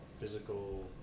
physical